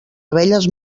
abelles